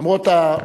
רבותי.